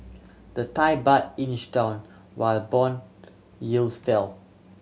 the Thai Baht inched down while bond yields fell